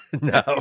no